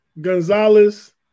Gonzalez